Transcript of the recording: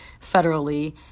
federally